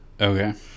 Okay